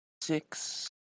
Six